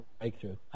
breakthrough